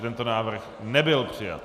Tento návrh nebyl přijat.